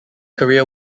career